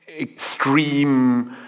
extreme